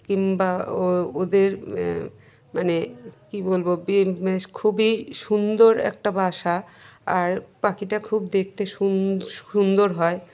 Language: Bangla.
কিংবা ও ওদের মানে কী বলবো বে খুবই সুন্দর একটা বাসা আর পাখিটা খুব দেখতে সুন সুন্দর হয়